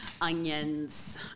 onions